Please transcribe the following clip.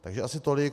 Takže asi tolik.